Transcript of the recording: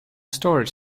storage